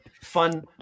fun